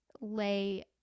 lay